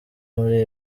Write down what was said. muri